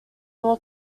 nor